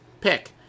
pick